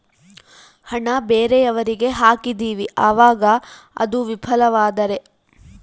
ಹಣ ಬೇರೆಯವರಿಗೆ ಹಾಕಿದಿವಿ ಅವಾಗ ಅದು ವಿಫಲವಾದರೆ?